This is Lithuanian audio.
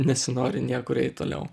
nesinori niekur eit toliau